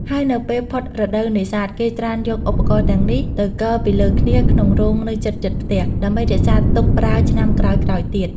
ហើយនៅពេលផុតរដូវនេសាទ គេច្រើនយកឧបរណ៍ទាំងនេះ ទៅគរពីលើគ្នាក្នុងរោងនៅជិតៗផ្ទះ ដើម្បីរក្សាទុកប្រើឆ្នាំក្រោយៗទៀត។